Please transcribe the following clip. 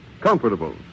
comfortable